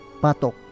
Patok